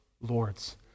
lords